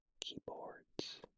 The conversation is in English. keyboards